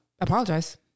apologize